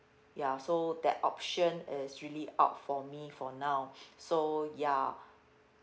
ya so that option is really out for me for now so ya